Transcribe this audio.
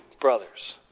brothers